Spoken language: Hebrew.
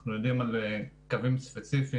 אנחנו יודעים על קווים ספציפיים,